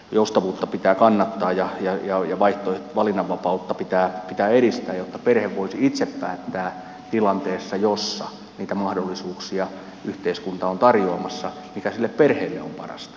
joustavuutta pitää kannattaa ja valinnanvapautta pitää edistää jotta perhe voisi itse päättää tilanteessa jossa niitä mahdollisuuksia yhteiskunta on tarjoamassa mikä sille perheelle on parasta